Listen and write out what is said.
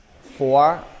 four